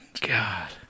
God